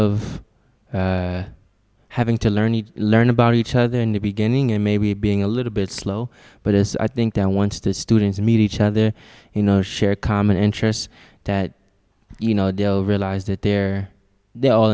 of having to learn and learn about each other in the beginning and maybe being a little bit slow but as i think then once the students meet each other you know share common interests that you know they'll realize that they're they're all